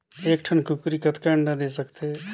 एक ठन कूकरी कतका अंडा दे सकथे?